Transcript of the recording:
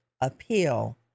appeal